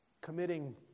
committing